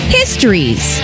histories